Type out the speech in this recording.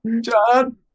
John